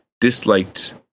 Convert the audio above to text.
disliked